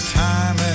time